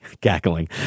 cackling